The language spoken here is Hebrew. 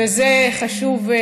וזה חשוב.